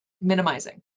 minimizing